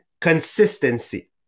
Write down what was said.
consistency